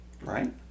Right